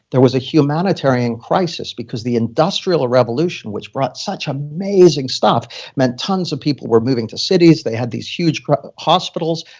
there was a humanitarian crisis because the industrial revolution, which brought such amazing stuff meant tons of people were moving to cities. they had these huge hospitals.